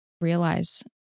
realize